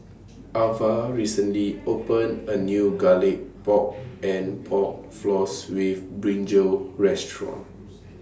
Avah recently opened A New Garlic Pork and Pork Floss with Brinjal Restaurant